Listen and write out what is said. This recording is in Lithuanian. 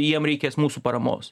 jiems reikės mūsų paramos